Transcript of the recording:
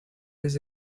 his